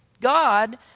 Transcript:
God